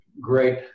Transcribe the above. great